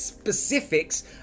specifics